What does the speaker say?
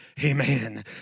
Amen